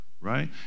right